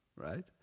right